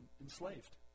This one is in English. enslaved